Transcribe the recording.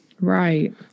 Right